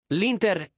L'Inter